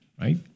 right